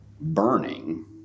burning